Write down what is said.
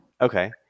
Okay